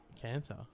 Cancer